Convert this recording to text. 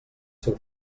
seu